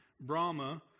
Brahma